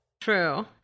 true